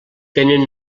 tenen